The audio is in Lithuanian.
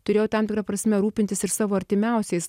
turėjau tam tikra prasme rūpintis ir savo artimiausiais